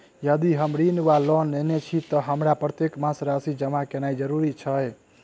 यदि हम ऋण वा लोन लेने छी तऽ हमरा प्रत्येक मास राशि जमा केनैय जरूरी छै?